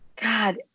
God